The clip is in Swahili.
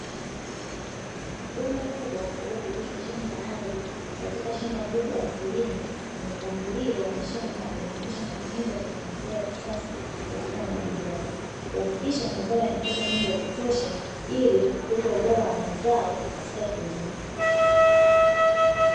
Bomba kubwa lililopitishwa chini ya ardhi, katika shamba kubwa la kilimo. Mpangilio wa mashamba unaonyesha matumizi ya teknolojia ya kisasa katika umwagiliaji kuhakikisha mimea yanapata maji ya kutosha ili kukuza mazao katika kilimo.